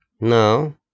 Now